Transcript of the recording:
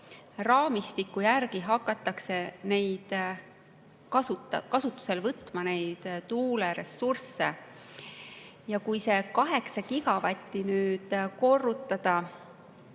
raamistiku järgi hakatakse kasutusele võtma neid tuuleressursse. Ja kui see kaheksa gigavatti nüüd korrutada